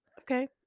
okay